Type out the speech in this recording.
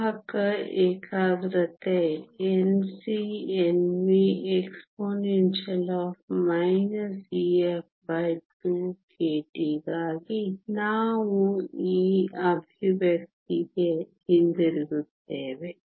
ವಾಹಕ ಏಕಾಗ್ರತೆ NcNvexp Ef2kT ಗಾಗಿ ನಾವು ಈ ಎಕ್ಸ್ಪ್ರೆಶನ್ ಗೆ ಹಿಂತಿರುಗುತ್ತೇವೆ